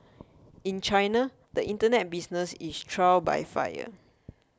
in China the Internet business is trial by fire